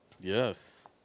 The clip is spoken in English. Yes